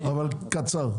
אבל קצר.